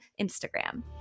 Instagram